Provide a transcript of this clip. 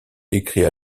écrit